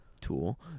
Tool